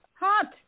Hot